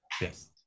yes